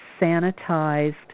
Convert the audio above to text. sanitized